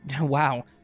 wow